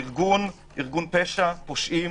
ארגון פשע, פושעים